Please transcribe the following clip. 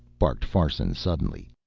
barked farson suddenly.